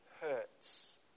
hurts